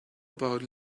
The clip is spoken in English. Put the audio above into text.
about